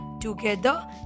Together